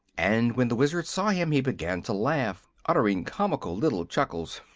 and when the wizard saw him he began to laugh, uttering comical little chuckles.